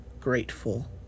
grateful